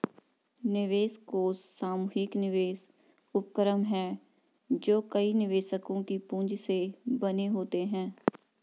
निवेश कोष सामूहिक निवेश उपक्रम हैं जो कई निवेशकों की पूंजी से बने होते हैं